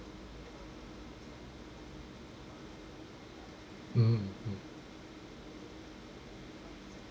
mm mm